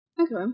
Okay